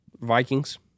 Vikings